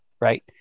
right